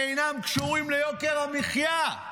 אינם קשורים ליוקר המחיה.